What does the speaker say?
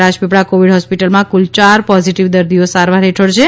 Rajpipla Covid હોસ્પીટલમાં કુલ યાર પોઝીટીવ દ્રદીઓ સારવાર ગેઠળ છે